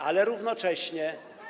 Ale równocześnie.